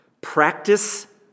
Practice